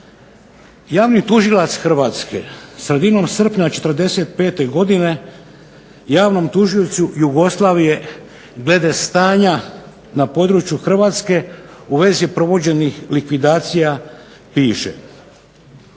Javni tužilac Hrvatske sredinom srpnja '45. godine Javnom tužiocu Jugoslavije glede stanja na području Hrvatske u vezi provođenih likvidacija piše: